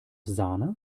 sahne